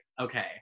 okay